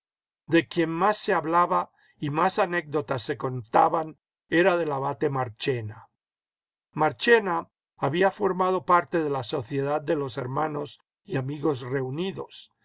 de quien más se hablaba y más anécdotas se contaban era del abate marchena marchena había formado parte de la vsociedad de los hermanos y amigos reunidos